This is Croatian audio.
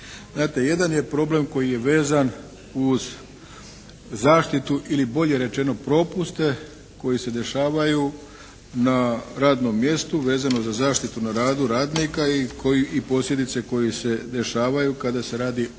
jedan je problem koji je vezan uz zaštitu ili bolje rečeno propuste koji se dešavaju na radnom mjestu vezano za zaštitu na radu radnika i posljedice koje se dešavaju kada se radi o